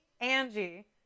Angie